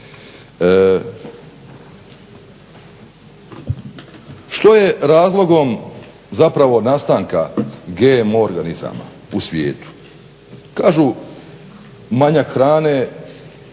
Što je razlogom zapravo nastanka GMO organizama u svijetu? Kažu manjak hrane.